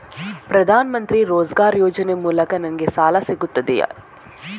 ಪ್ರದಾನ್ ಮಂತ್ರಿ ರೋಜ್ಗರ್ ಯೋಜನೆ ಮೂಲಕ ನನ್ಗೆ ಸಾಲ ಸಿಗುತ್ತದೆಯೇ?